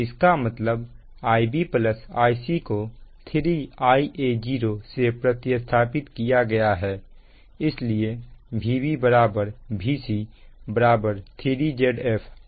इसका मतलब Ib Ic को 3Ia0 से प्रति स्थापित किया गया है इसलिए Vb Vc 3 Zf Ia0 है